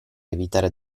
evitare